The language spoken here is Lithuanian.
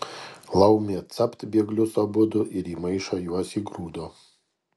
laumė capt bėglius abudu ir į maišą juos įgrūdo